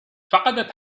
فقدت